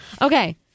Okay